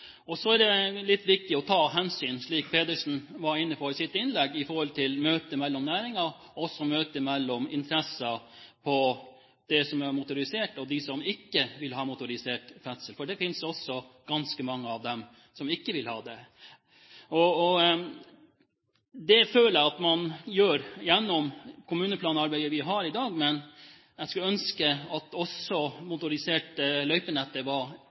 aktiviteter. Så er det litt viktig å ta hensyn, slik Willy Pedersen var inne på i sitt innlegg, til møte mellom næringer og også møte mellom interesser, de som vil ha motorisert ferdsel, og de som ikke vil ha det, for det finnes også ganske mange som ikke vil ha det. Det føler jeg at man gjør gjennom det kommuneplanarbeidet vi har i dag. Men jeg skulle ønske at også det motoriserte løypenettet var